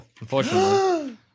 unfortunately